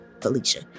Felicia